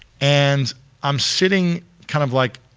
and i'm sitting kind of like,